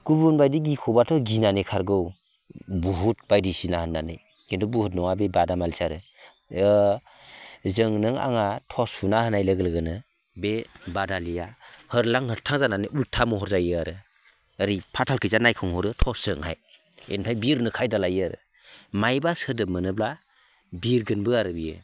गुबुन बायदि गिख'बाथ' गिनानै खारगौ भुत बायदिसिना होननानै किन्तु भुत नङा बेयो बादामालिसो आरो जों नों आङा थर्स सुना होनाय लोगो लोगोनो बे बादालिया होरलां होथां जानानै उल्था महर जायो आरो ओरै फाथालखिजा नायखं हरो थर्सजोंहाय बेनिफ्राय बिरनो खायदा लायो आरो माबा सोदोब मोनोब्ला बिरगोनबो आरो बियो